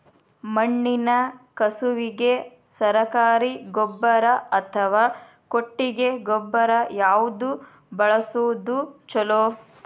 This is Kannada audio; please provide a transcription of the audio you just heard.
ಮಣ್ಣಿನ ಕಸುವಿಗೆ ಸರಕಾರಿ ಗೊಬ್ಬರ ಅಥವಾ ಕೊಟ್ಟಿಗೆ ಗೊಬ್ಬರ ಯಾವ್ದು ಬಳಸುವುದು ಛಲೋ?